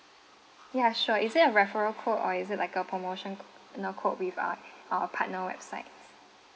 yeah sure is it a referral code or is it like a promotional code with uh our partner website